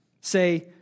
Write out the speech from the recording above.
say